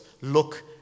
look